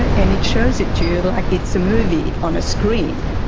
and it shows it to you like it's a movie on a screen.